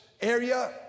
area